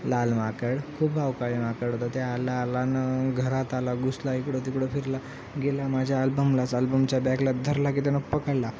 लाल माकड खूप आवकाळी माकड होता त्या आला ना घरात आला घुसला इकडं तिकडं फिरला गेला माझ्या आल्बमलाच आल्बमच्या बॅगला धरला की त्यानं पकडला